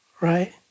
right